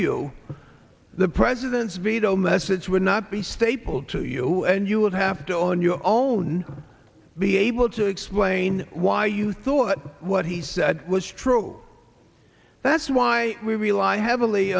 you the president's veto message would not be stapled to you and you would have to on your own be able to explain why you thought what he said was true that's why we rely heavily